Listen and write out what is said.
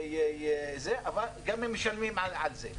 גם הם משלמים על זה.